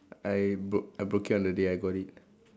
I broke I broke it on the day I got it